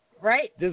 Right